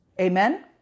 Amen